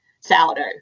Sourdough